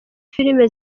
filime